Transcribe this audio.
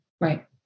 Right